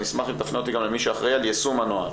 אני אשמח אם תפנה אותי למי שאחראי על יישום הנוהל.